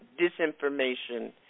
disinformation